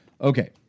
Okay